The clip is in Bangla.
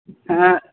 হ্যাঁ